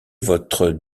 vostre